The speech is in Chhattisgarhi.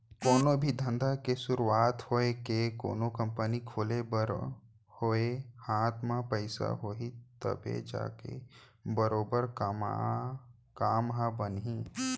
कोनो भी धंधा के सुरूवात होवय के कोनो कंपनी खोले बर होवय हाथ म पइसा होही तभे जाके बरोबर काम ह बनही